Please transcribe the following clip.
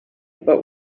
but